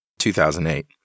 2008